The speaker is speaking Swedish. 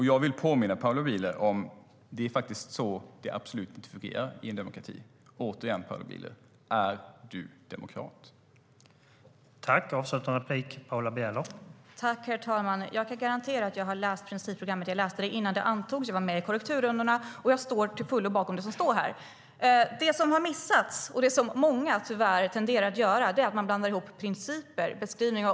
Jag vill påminna Paula Bieler om att det absolut inte fungerar så i en demokrati.